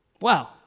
Wow